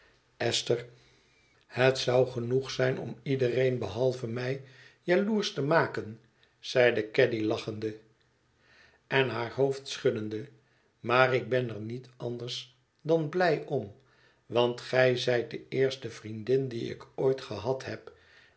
esther het zou genoeg zijn om iedereen behalve mij jaloêrsch te maken zeide caddy lachende en haar hoofd schuddende maar ik ben er niet anders dan blij om want gij zijt de eerste vriendin die ik ooit gehad heb